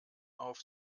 auf